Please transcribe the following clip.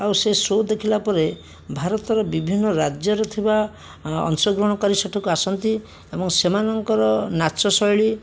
ଆଉ ସେ ସୋ ଦେଖିଲାପରେ ଭାରତର ବିଭିନ୍ନ ରାଜ୍ୟରେ ଥିବା ଅଂଶଗ୍ରହଣକାରୀ ସେଠାକୁ ଆସନ୍ତି ଏବଂ ସେମାନଙ୍କର ନାଚଶୈଳୀ